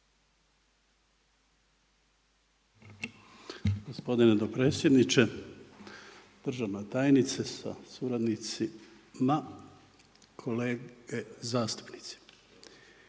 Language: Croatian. Gospodine dopredsjedniče, državna tajnice sa suradnicima, kolege zastupnici.